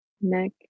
neck